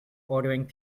ordering